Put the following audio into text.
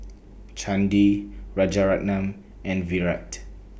Chandi Rajaratnam and Virat